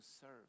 serve